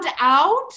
out